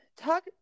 talk